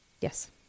Yes